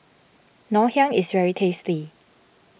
Ngoh Hiang is very tasty